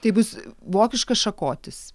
tai bus vokiškas šakotis